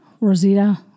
Rosita